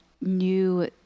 new